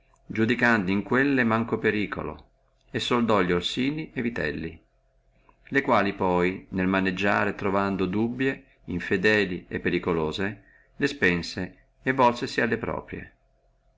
iudicando in quelle manco periculo e soldò li orsini e vitelli le quali poi nel maneggiare trovando dubie et infideli e periculose le spense e volsesi alle proprie